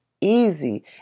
easy